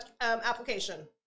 application